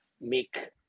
make